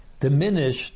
diminished